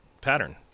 Pattern